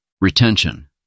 Retention